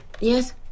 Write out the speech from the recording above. Yes